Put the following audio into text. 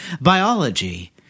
biology –